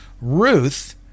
Ruth